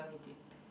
omit it